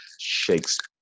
Shakespeare